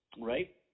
right